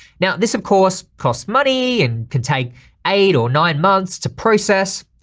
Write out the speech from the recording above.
now, this of course costs money and can take eight or nine months to process.